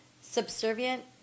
subservient